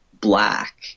black